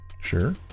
Sure